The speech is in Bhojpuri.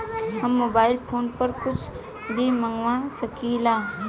हम मोबाइल फोन पर कुछ भी मंगवा सकिला?